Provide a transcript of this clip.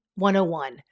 101